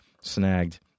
snagged